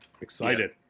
excited